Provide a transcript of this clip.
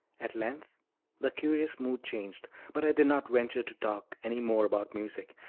at length the curious mood changed, but i did not venture to talk any more about music,